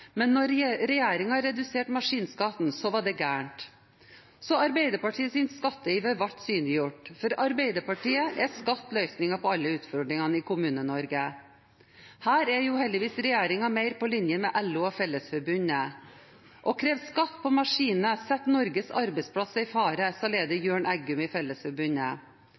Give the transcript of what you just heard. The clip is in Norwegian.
men da regjeringen reduserte maskinskatten, var det galt. Arbeiderpartiets skatteiver ble synliggjort. For Arbeiderpartiet er skatt løsningen på alle utfordringer i Kommune-Norge. Her er regjeringen heldigvis mer på linje med LO og Fellesforbundet. Leder i Fellesforbundet, Jørn Eggum, sa: «Å kreve skatt på maskiner setter Norges arbeidsplasser i fare.» I